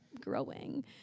growing